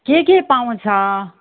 के के पाउँछ